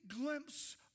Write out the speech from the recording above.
glimpse